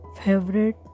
favorite